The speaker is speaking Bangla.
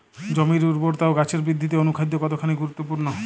জমির উর্বরতা ও গাছের বৃদ্ধিতে অনুখাদ্য কতখানি গুরুত্বপূর্ণ?